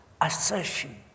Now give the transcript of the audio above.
assertion